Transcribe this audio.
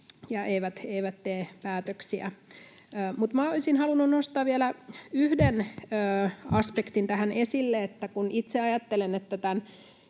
ne eivät tee päätöksiä. Olisin halunnut nostaa vielä yhden aspektin tähän esille. Kun itse ajattelen,